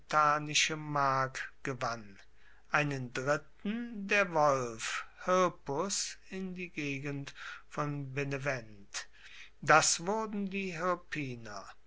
mark gewann einen dritten der wolf hirpus in die gegend von benevent das wurden die